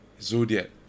zodiac